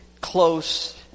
close